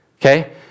Okay